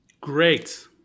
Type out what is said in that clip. Great